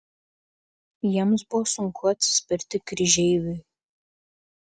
jiems buvo sunku atsispirti kryžeiviui